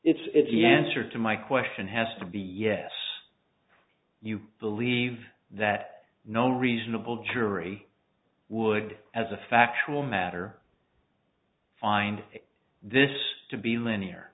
a it's the answer to my question has to be yes you believe that no reasonable jury would as a factual matter find this to be linear